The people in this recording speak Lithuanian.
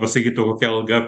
pasakyt o kokia alga